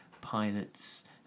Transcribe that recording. pilots